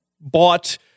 bought